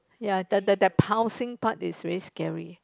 ya the the the pouncing part is very scary